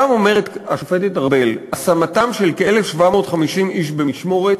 אומרת שם השופטת ארבל: "השמתם של כ-1,750 איש במשמורת,